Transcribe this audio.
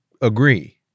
agree